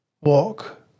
Walk